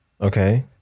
Okay